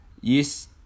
Yes